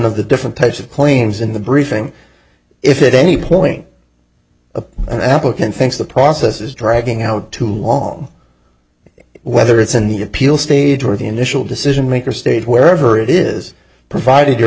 of the different types of claims in the briefing if it any point of an applicant thinks the process is dragging out too long whether it's in the appeal stage or the initial decision maker stage wherever it is provided